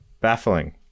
baffling